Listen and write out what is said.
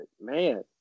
man